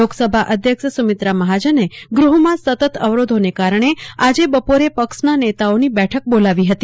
લોકસભા અધ્યક્ષ સુમિત્રા મહાજને ગૃહમાં સતત અવરોધોને કારણે આજે બપોરે પક્ષનાં નેતાઓની બેઠક બોલાવી છે